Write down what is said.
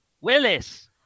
Willis